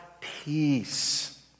peace